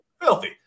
Filthy